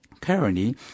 Currently